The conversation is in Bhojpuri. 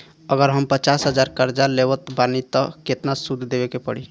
अगर हम पचास हज़ार कर्जा लेवत बानी त केतना सूद देवे के पड़ी?